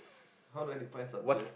how do I define success